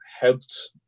helped